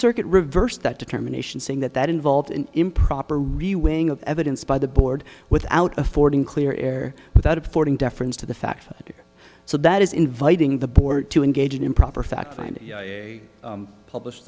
circuit reversed that determination saying that that involved in improper reworking of evidence by the board without affording clear air without affording deference to the fact that so that is inviting the board to engage in improper fact finding published